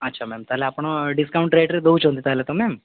ଆଚ୍ଛା ମ୍ୟାମ୍ ତା'ହେଲେ ଆପଣ ଡିସ୍କାଉଣ୍ଟ୍ ରେଟ୍ରେ ଦେଉଛନ୍ତି ତା'ହେଲେ ତ ମ୍ୟାମ୍